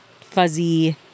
fuzzy